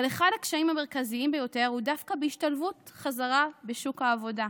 אבל אחד הקשיים המרכזיים ביותר הוא דווקא ההשתלבות בחזרה בשוק העבודה.